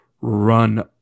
run